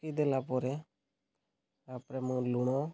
ପକାଇଦେଲା ପରେ ତା'ପରେ ମୋ ଲୁଣ